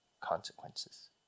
consequences